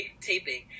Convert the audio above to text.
taping